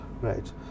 right